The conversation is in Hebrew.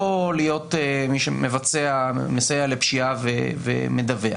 לא להיות מי שמסייע לפשיעה ומדווח.